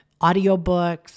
audiobooks